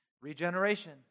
Regeneration